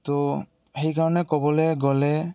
তো সেইকাৰণে ক'বলে গ'লে